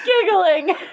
Giggling